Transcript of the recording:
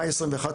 מאי 2021,